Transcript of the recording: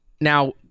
Now